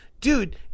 Dude